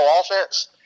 offense